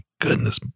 goodness